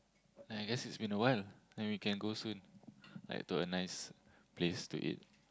I guess it's been a while and we can go swim to a nice place to eat